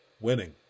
winning